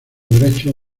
derechos